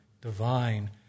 divine